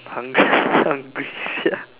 Hun~ hungry